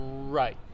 Right